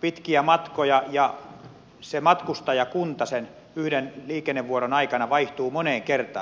pitkiä matkoja ja se matkustajakunta sen yhden liikennevuoron aikana vaihtuu moneen kertaan